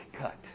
cut